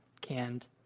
canned